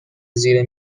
زیر